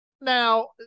Now